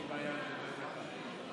התבקשתי לציין גם את לוחות הזמנים בתשובה,